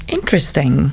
Interesting